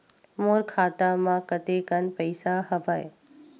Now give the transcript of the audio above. मोर खाता म कतेकन पईसा हवय?